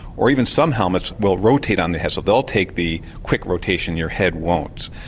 or even some helmets will rotate on the head so they'll take the quick rotation your head won't.